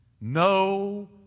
No